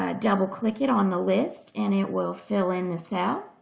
ah double click it on the list and it will fill in the cell.